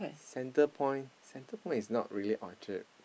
Center Point Center Point is not really Orchard